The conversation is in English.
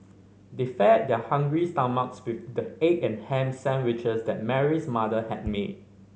they fed their hungry stomachs with the egg and ham sandwiches that Mary's mother had made